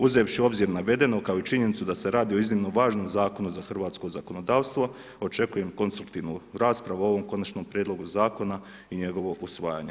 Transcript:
Uzevši u obzir navedeno kao i činjenicu da se radi o iznimno važnom zakonu za hrvatsko zakonodavstvo, očekujem konstruktivnu raspravu o ovom konačnom prijedlogu zakona i njegovo usvajanje.